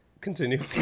Continue